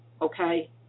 okay